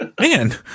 Man